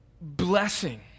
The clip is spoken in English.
blessing